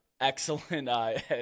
Excellent